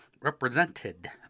Represented